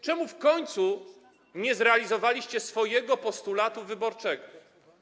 Czemu w końcu nie zrealizowaliście swojego postulatu wyborczego?